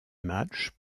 match